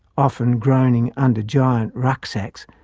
often groaning under giant rucksacks,